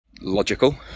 logical